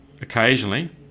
occasionally